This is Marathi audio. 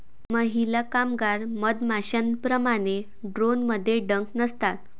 महिला कामगार मधमाश्यांप्रमाणे, ड्रोनमध्ये डंक नसतात